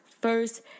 first